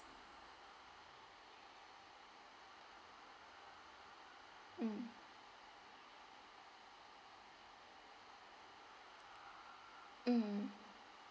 mm mm